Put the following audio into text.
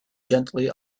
gently